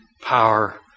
power